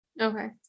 Okay